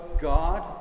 God